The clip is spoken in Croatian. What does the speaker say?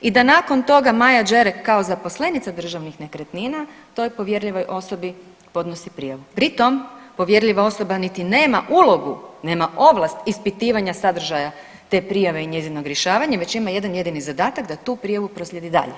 i da nakon toga Maja Đerek kao zaposlenica državnih nekretnina toj povjerljivoj osobi podnosi prijavu pri tom povjerljiva osoba niti nema ulogu, nema ovlast ispitivanja sadržaja te prijave i njezinog rješavanja već ima jedan jedini zadatak da tu prijavu proslijedi dalje.